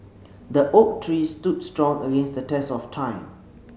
the oak tree stood strong against the test of time